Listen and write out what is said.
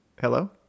Hello